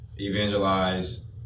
evangelize